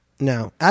No